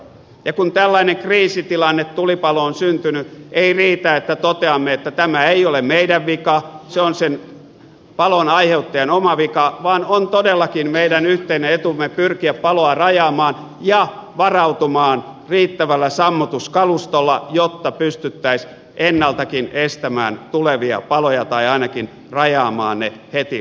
ja kun tällainen kriisitilanne tulipalo on syntynyt ei riitä että toteamme että tämä ei ole meidän vikamme se on sen palon aiheuttajan oma vika vaan on todellakin meidän yhteinen etumme pyrkiä paloa rajaamaan ja varautumaan riittävällä sammutuskalustolla jotta pystyttäisiin ennaltakin estämään tulevia paloja tai ainakin rajaamaan ne heti alkuunsa